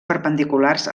perpendiculars